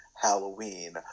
Halloween